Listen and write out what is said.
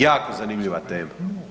Jako zanimljiva tema.